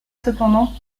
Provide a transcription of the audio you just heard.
cependant